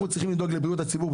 אנחנו צריכים לדאוג לבריאות הציבור.